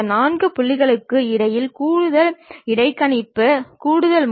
இந்த செங்குத்து தளமானது கிடைமட்ட தளத்துடன் 90° கோணத்தில் உள்ளது